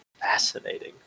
fascinating